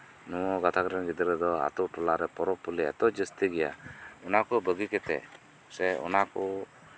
ᱱᱚᱣᱟ ᱜᱟᱛᱟᱠ ᱨᱮᱱ ᱜᱤᱫᱽᱨᱟᱹ ᱫᱚ ᱟᱛᱳ ᱴᱚᱞᱟ ᱯᱚᱨᱚᱵᱽ ᱯᱟᱞᱤ ᱮᱛᱚ ᱡᱟᱥᱛᱤ ᱜᱮᱭᱟ ᱚᱱᱟ ᱠᱚ ᱵᱟᱹᱜᱤ ᱠᱟᱛᱮ ᱥᱮ ᱚᱱᱟ ᱠᱚ